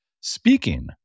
Speaking